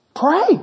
Pray